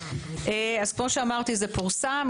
כמו שאמרתי זה פורסם,